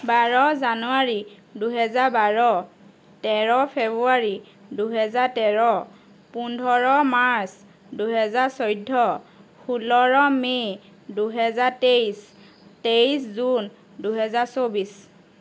বাৰ জানুৱাৰী দুহেজাৰ বাৰ তেৰ ফেব্ৰুৱাৰী দুহেজাৰ তেৰ পোন্ধৰ মাৰ্চ দুহেজাৰ চৈধ্য ষোল্ল মে' দুহেজাৰ তেইছ তেইছ জুন দুহেজাৰ চৌবিছ